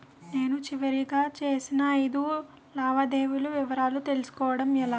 నేను చివరిగా చేసిన ఐదు లావాదేవీల వివరాలు తెలుసుకోవటం ఎలా?